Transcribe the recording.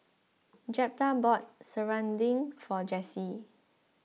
Jeptha bought Serunding for Jessie